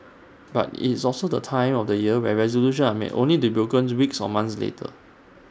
but IT is also the time of the year when resolutions are made only to broken weeks or months later